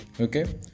Okay